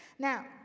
Now